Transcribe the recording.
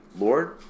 lord